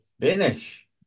finish